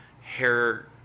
hair